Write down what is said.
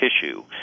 tissue